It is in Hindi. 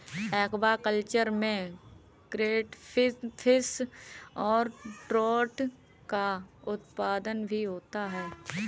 एक्वाकल्चर में केटफिश और ट्रोट का उत्पादन भी होता है